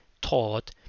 taught